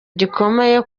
gikomeye